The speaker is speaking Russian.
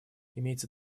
имеется